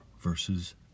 Versus